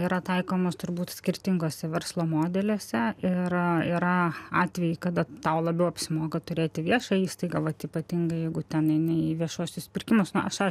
yra taikomos turbūt skirtingose verslo modeliuose ir yra atvejai kada tau labiau apsimoka turėti viešą įstaigą vat ypatingai jeigu ten eini į viešuosius pirkimus na aš